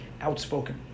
outspoken